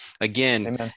Again